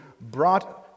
brought